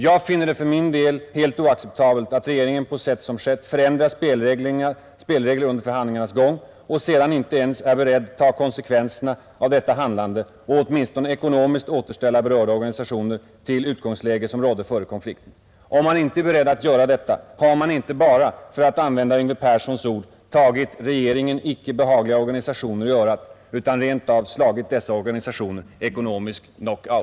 Jag finner det för min del helt oacceptabelt att regeringen på sätt som skett förändrar spelregler under förhandlingarnas gång och sedan inte ens är beredd ta konsekvenserna av detta handlande och åtminstone ekonomiskt återställa berörda organisationer till det utgångsläge som rådde före konflikten. Om man inte är beredd att göra detta har man inte bara — för att använda Yngve Perssons ord — tagit regeringen icke behagliga organisationer i örat utan rent av slagit dessa organisationer ekonomiskt knockout!